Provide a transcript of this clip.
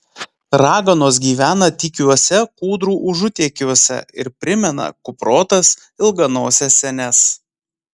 raganos gyvena tykiuose kūdrų užutėkiuose ir primena kuprotas ilganoses senes